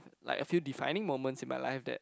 like a few defining moments in my life that